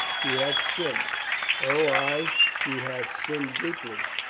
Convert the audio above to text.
he hath sinned o, ay, he hath sinned deeply,